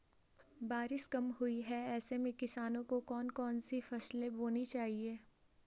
बारिश कम हुई है ऐसे में किसानों को कौन कौन सी फसलें बोनी चाहिए?